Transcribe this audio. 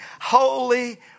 holy